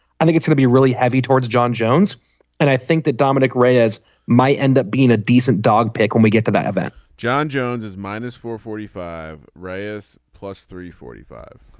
i think it's gonna be really heavy towards john jones and i think that dominic raiders might end up being a decent dog pick when we get to that event. john jones is minus four forty five. ray is plus three forty five.